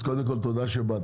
אז קודם כל תודה שבאת,